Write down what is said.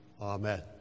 Amen